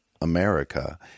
America